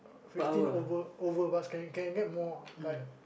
fifteen over over bucks can can get more ah like